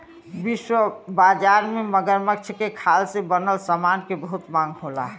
विश्व बाजार में मगरमच्छ के खाल से बनल समान के बहुत मांग होला